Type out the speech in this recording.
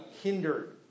hindered